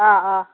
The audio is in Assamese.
অঁ অঁ